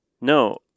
no